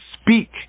speak